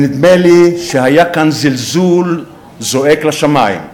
ונדמה לי שהיה כאן זלזול זועק לשמים.